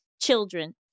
children